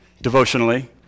devotionally